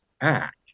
Act